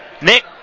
Nick